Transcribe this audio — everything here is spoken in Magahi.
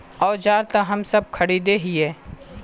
औजार तो हम सब खरीदे हीये?